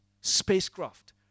Spacecraft